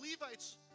Levites